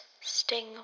sting